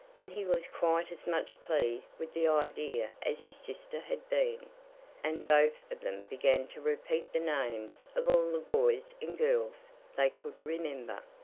and he was quite as much pleased with the idea as his sister had been and both of them began to repeat the names of all the boys and girls they could remember.